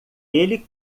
ele